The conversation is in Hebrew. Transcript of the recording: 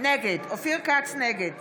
אופיר כץ, נגד